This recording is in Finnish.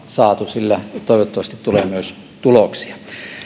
saatu sillä toivottavasti tulee myös tuloksia